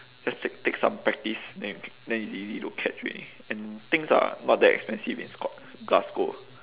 just take take some practice then you then it's easy to catch already and things are not that expensive in scot~ glasgow